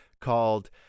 called